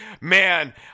man